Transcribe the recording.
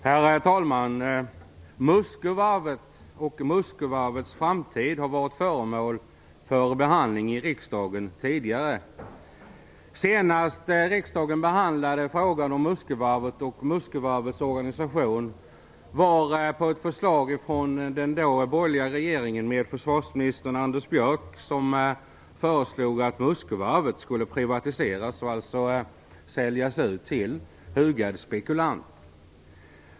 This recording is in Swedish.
Herr talman! Muskövarvet och Muskövarvets framtid har varit föremål för behandling i riksdagen tidigare. Senast riksdagen behandlade frågan om Muskövarvet och Muskövarvets organisation var i samband med ett förslag från den tidigare borgerliga regeringen och försvarsminister Anders Björck som gick ut på att Muskövarvet skulle privatiseras och alltså säljas ut till hugade spekulanter.